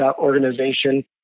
organization